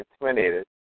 intimidated